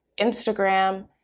Instagram